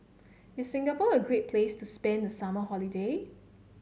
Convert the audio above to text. is Singapore a great place to spend the summer holiday